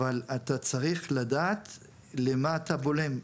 אבל אתה צריך לדעת למה אתה בולם.